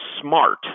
smart